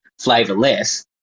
flavorless